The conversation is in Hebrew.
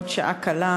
בעוד שעה קלה,